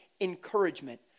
Encouragement